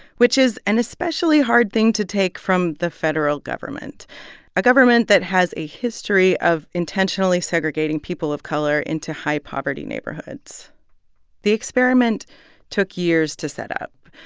which is an especially hard thing to take from the federal government a government that has a history of intentionally segregating people of color into high-poverty neighborhoods the experiment took years to set up.